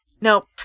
Nope